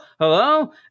Hello